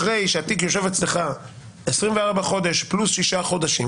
אחרי שהתיק יושב אצלך 24 חודשים פלוס ששה חודשים,